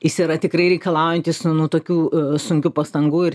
jis yra tikrai reikalaujantys nu tokių sunkių pastangų ir ten nelabai smarkiai